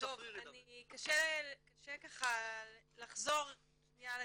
קודם כל הם חשודים,